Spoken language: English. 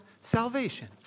salvation